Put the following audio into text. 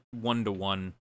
one-to-one